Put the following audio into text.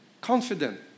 confident